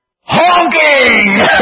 honking